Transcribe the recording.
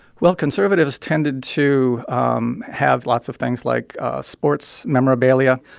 well, conservatives tended to um have lots of things like sports memorabilia,